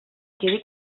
quedi